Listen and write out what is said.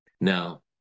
Now